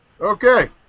Okay